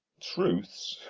truths?